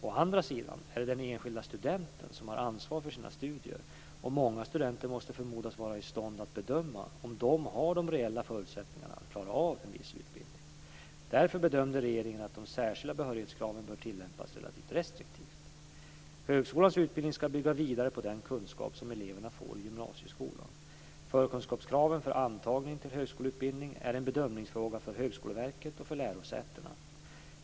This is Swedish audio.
Å andra sidan är det den enskilda studenten som har ansvar för sina studier, och många studenter måste förmodas vara i stånd att bedöma om de har de reella förutsättningarna att klara av en viss utbildning. Därför bedömde regeringen att de särskilda behörighetskraven bör tillämpas relativt restriktivt. Högskolans utbildning ska bygga vidare på den kunskap som elever får i gymnasieskolan. Förkunskapskraven för antagning till högskoleutbildning är en bedömningsfråga för Högskoleverket och lärosätena.